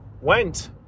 went